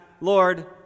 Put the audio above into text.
Lord